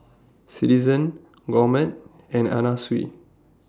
Citizen Gourmet and Anna Sui